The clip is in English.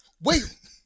wait